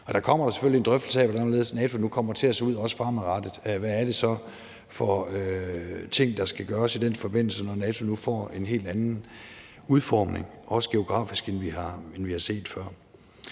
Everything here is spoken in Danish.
Der kommer jo selvfølgelig en drøftelse af, hvordan og hvorledes NATO nu kommer til at se ud, også fremadrettet. Hvad er det så for ting, der skal gøres i den forbindelse, altså når NATO får en helt anden udformning, også geografisk, end vi har set før?